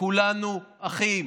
כולנו אחים,